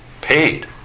paid